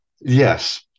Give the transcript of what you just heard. Yes